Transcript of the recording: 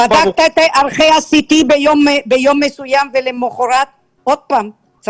הוא --- בדקת את ערכי ה-CT ביום מסוים ולמחרת עוד פעם?